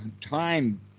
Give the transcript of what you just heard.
time